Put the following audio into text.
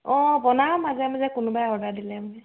অঁ বনাওঁ মাজে মাজে কোনোবাই অৰ্ডাৰ দিলে মানে